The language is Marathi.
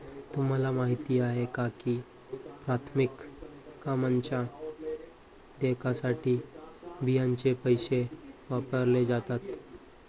तुम्हाला माहिती आहे का की प्राथमिक कामांच्या देयकासाठी बियांचे पैसे वापरले जातात?